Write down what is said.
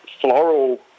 floral